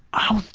oh,